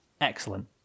excellent